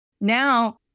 Now